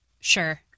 Sure